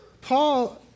Paul